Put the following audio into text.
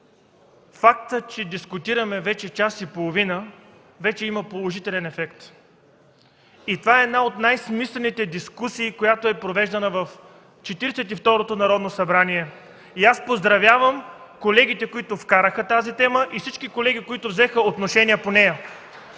фактът, че дискутираме час и половина, вече има положителен ефект. Това е една от най-смислените дискусии, която е провеждана в Четиридесет и второто Народно събрание. Поздравявам колегите, които вкараха тази тема и всички колеги, които взеха отношение по нея!